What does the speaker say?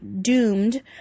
doomed